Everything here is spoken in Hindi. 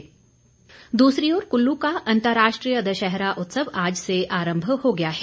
कुल्लू दशहरा दूसरी ओर कुल्लू का अंतर्राष्ट्रीय दशहरा उत्सव आज से आरंभ हो गया है